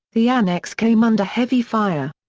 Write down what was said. the annex came under heavy fire.